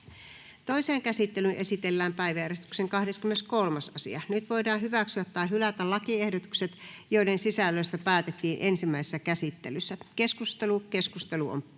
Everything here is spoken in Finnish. Toiseen käsittelyyn esitellään päiväjärjestyksen 21. asia. Nyt voidaan hyväksyä tai hylätä lakiehdotus, jonka sisällöstä päätettiin ensimmäisessä käsittelyssä. — Keskustelu, edustaja Talvitie.